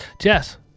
jess